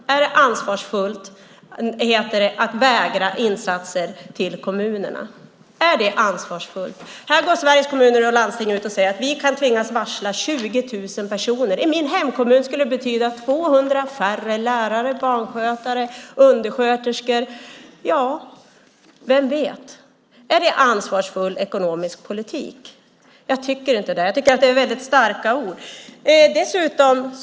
Är det ansvarsfullt att vägra insatser till kommunerna? Sveriges Kommuner och Landsting säger att man kan tvingas varsla 20 000 personer. I min hemkommun skulle det betyda 200 färre lärare, barnskötare och undersköterskor. Är det ansvarsfull ekonomisk politik? Jag tycker inte det. Jag tycker att det är väldigt starka ord.